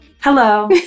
Hello